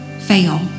fail